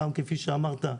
גם כפי שאמרת,